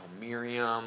Miriam